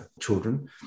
children